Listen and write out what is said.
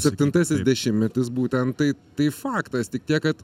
septintasis dešimtmetis būtent tai tai faktas tik tiek kad